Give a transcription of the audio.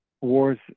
Wars